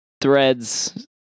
Threads